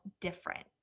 different